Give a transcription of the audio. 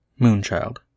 Moonchild